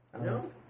No